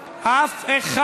שם?